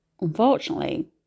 unfortunately